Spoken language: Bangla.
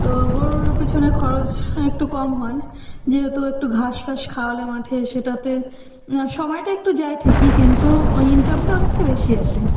তো গরুর পিছনে খরচ একটু কম হয় যেহেতু একটু ঘাস ফাস খাওয়ালে মাঠে সেটাতে সময়টা একটু যায় ঠিকই কিন্তু ইনকামটা অনেকটা বেশি আসে